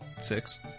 Six